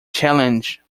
challenge